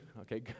Okay